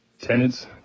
Tenants